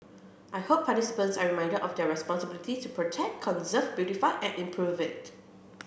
I hope participants are reminded of their responsibility to protect conserve beautify and improve it